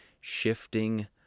Shifting